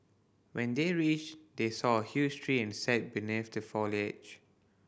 when they reached they saw a huge tree and sat beneath the foliage